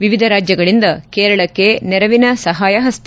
ವಿವಿಧ ರಾಜ್ಯಗಳಿಂದ ಕೇರಳಕ್ಷೆ ನೆರವಿನ ಸಹಾಯ ಪಸ್ತ